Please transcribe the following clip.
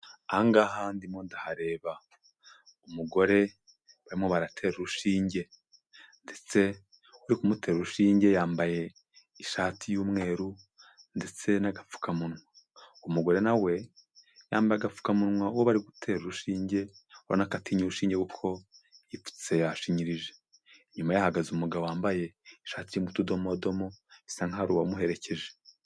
Ahangaha ndimo ndahareba umugore barimo baratera urushinge, ndetse uri kumutera urushinge yambaye, ishati y'umweru ndetse n'agapfukamunwa. Umugore na we yamba agapfukamunwa uwo bari gutera urushinge, ubona ko atinya ushinge kuko, yipfutse yashinyirije. Inyuma ye hahagaze umugabo wambaye ishati y'utudomodomo bisa nkaho ari uwamuherekeje.